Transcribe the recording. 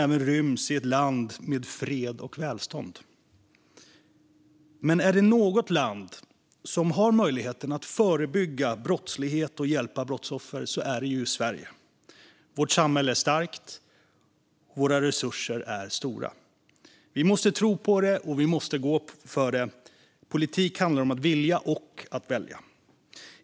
Det tror jag att många av er också har gjort. Men är det något land som har möjligheten att förebygga brottslighet och hjälpa brottsoffer så är det Sverige. Vårt samhälle är starkt. Våra resurser är stora. Vi måste tro på det, och vi måste satsa på det. Politik handlar om att vilja och att välja.